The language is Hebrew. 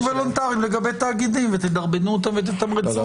וולונטריים לגבי תאגידים ותדרבנו אותם ותתמרצו אותם.